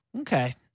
okay